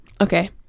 Okay